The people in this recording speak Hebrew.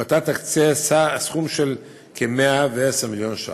ות"ת תקצה סכום של כ-110 מיליון ש"ח.